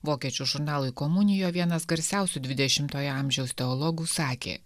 vokiečių žurnalui komunija vienas garsiausių dvidešimtojo amžiaus teologų sakė